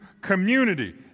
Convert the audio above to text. community